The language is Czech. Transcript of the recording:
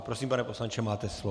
Prosím, pane poslanče, máte slovo.